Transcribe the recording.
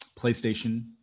PlayStation